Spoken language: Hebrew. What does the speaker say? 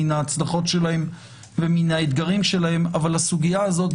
מן ההצלחות שלהן ומן האתגרים שלהן אבל הסוגיה הזאת,